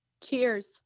Cheers